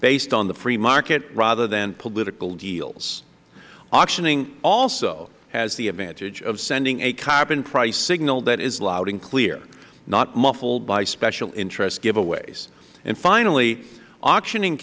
based on the free market rather than political deals auctioning also has the advantage of sending a carbon price signal that is loud and clear not muffled by special interest giveaways and finally auctioning